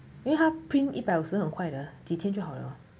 ya 因为他 print 一百五十很快的几天就好了